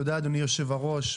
תודה אדוני יושב הראש.